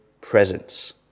presence